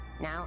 now